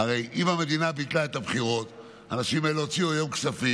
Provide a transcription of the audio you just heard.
הרי אם המדינה ביטלה את הבחירות והאנשים האלה הוציאו היום כספים,